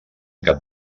cap